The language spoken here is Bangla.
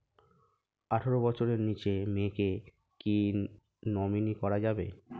আঠারো বছরের নিচে মেয়েকে কী নমিনি করা যাবে?